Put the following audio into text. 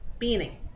meaning